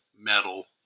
metal